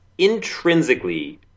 intrinsically